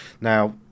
Now